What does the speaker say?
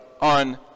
on